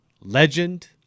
legend